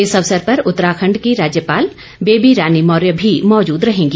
इस अवसर पर उत्तराखंड की राज्यपाल बेबी रानी मौर्य भी मौजूद रहेंगी